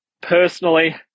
personally